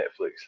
Netflix